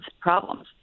problems